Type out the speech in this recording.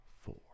four